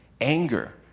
Anger